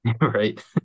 Right